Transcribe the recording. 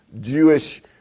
Jewish